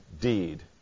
deed